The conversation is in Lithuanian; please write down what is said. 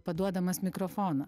paduodamas mikrofoną